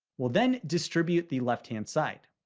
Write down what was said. we'll then distribute the left-hand side.